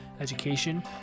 education